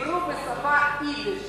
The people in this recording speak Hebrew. דיברו ביידיש,